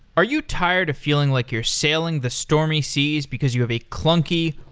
are you tired of feeling like you're sailing the stormy seas, because you have a clunky,